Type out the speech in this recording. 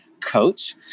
Coach